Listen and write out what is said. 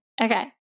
okay